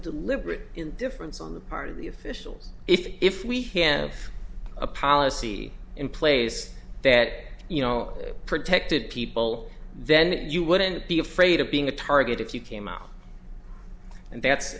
deliberate indifference on the part of the officials if we have a policy in place that you know protected people then you wouldn't be afraid of being a target if you came out and that's